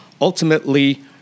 ultimately